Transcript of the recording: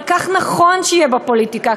אבל כך נכון שיהיה בפוליטיקה,